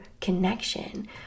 connection